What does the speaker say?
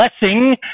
blessing